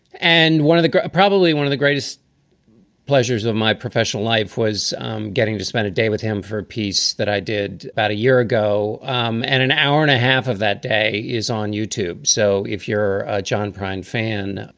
and one of the probably one of the greatest pleasures of my professional life was getting to spend a day with him for a piece that i did about a year ago. um and an hour and a half of that day is on youtube. so if you're john prine fan,